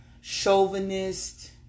chauvinist